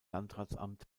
landratsamt